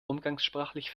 umgangssprachlich